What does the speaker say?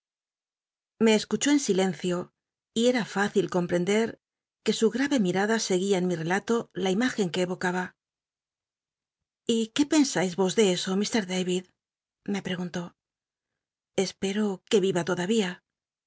iie escuchó en silencio y era fácil comprender que su grave mimda seguía en mi relato la imagen que evocaba biblioteca nacional de españa david copperfield y qué pcnsais vos de eso mr david me preguntó espero que viya todavía